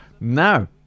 Now